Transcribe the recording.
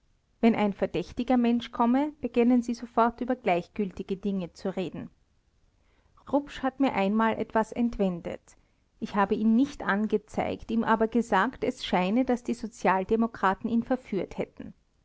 wenn ein verdächtiger mensch komme begännen sie sofort über gleichgültige dinge zu reden rupsch hat mir einmal etwas entwendet ich habe ihn nicht angezeigt ihm aber gesagt es scheine daß die sozialdemokraten ihn verführt hätten